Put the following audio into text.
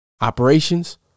Operations